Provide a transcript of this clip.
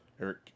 Eric